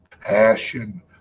passion